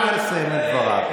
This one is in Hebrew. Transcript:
תיתן לחבר הכנסת לסיים את דבריו.